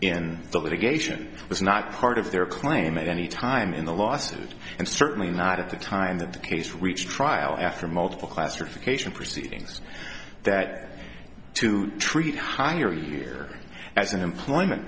in the litigation was not part of their claim at any time in the lawsuit and certainly not at the time that the case reached trial after multiple classification proceedings that to treat higher year as an employment